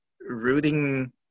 rooting